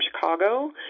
Chicago